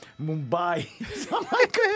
Mumbai